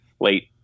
late